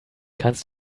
kannst